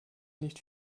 nicht